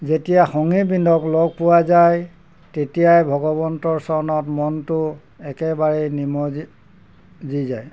যেতিয়া সংগী বৃন্দক লগ পোৱা যায় তেতিয়াই ভগৱন্তৰ চৰত মনটো একেবাৰে নিমজি দি যায়